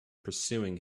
pursuing